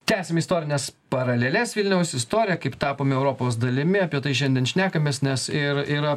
tęsiam istorines paraleles vilniaus istorija kaip tapome europos dalimi apie tai šiandien šnekamės nes ir yra